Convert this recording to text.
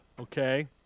Okay